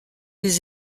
des